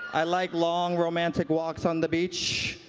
i like long, romantic walks on the beach.